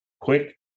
quick